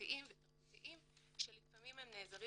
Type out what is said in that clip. שפתיים ותרבותיים ולפעמים הם נעזרים